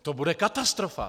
To bude katastrofa!